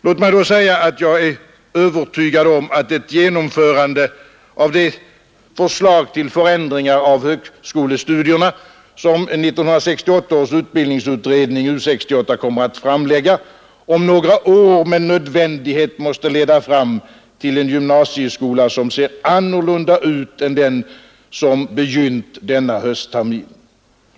Låt mig då säga att jag är övertygad om att ett genomförande av de förslag till förändringar av högskolestudierna som 1968 års utbildningsutredning, U 68, kommer att framlägga om några år med nödvändighet måste leda fram till en gymnasieskola som ser annorlunda ut än den som begynt denna hösttermin.